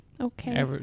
Okay